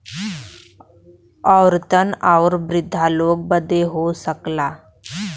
औरतन आउर वृद्धा लोग बदे हो सकला